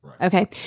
okay